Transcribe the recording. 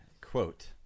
quote